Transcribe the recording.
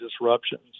disruptions